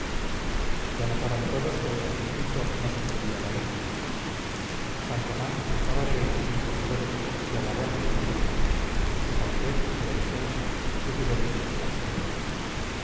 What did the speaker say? ya notaban todos que el sargentito no se mordía la lengua san román estaba de veinticinco colores y alagón de uno solo su palidez era intensa su silencio absoluto